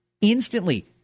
Instantly